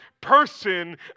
person